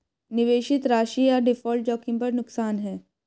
निवेशित राशि या डिफ़ॉल्ट जोखिम पर नुकसान है